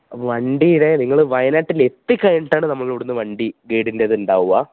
അപ്പം വണ്ടിയുടെ നിങ്ങൾ വയനാട്ടിലെത്തി കഴിഞ്ഞിട്ടാണ് നമ്മളിവിടുന്ന് വണ്ടി ഗേഡിന്റെതുണ്ടാവുക